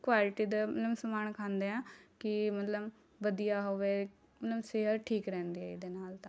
quality ਦਾ ਮਲਮ ਸਮਾਨ ਖਾਂਦੇ ਹਾਂ ਕਿ ਮਲਮ ਵਧੀਆ ਹੋਵੇ ਮਲਮ ਸਿਹਤ ਠੀਕ ਰਹਿੰਦੀ ਇਹਦੇ ਨਾਲ਼ ਤਾਂ